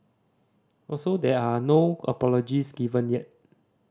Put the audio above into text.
also there are no apologies given yet